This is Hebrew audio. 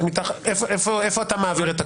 איפה אתה מעביר את הקו?